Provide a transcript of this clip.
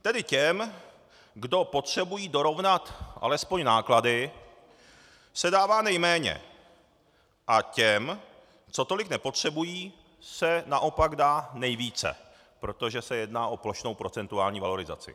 Tedy těm, kdo potřebují dorovnat alespoň náklady, se dává nejméně, a těm, co tolik nepotřebují, se naopak dá nejvíce, protože se jedná o plošnou procentuální valorizaci.